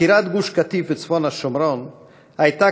עקירת תושבי גוש-קטיף וצפון השומרון הייתה